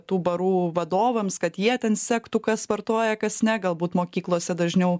tų barų vadovams kad jie ten sektų kas sportuoja kas ne galbūt mokyklose dažniau